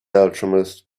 alchemist